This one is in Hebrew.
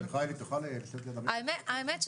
האמת,